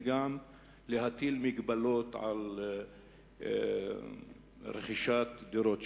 וגם להטיל הגבלות על רכישת דירות שם.